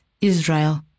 Israel